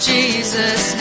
Jesus